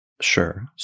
Sure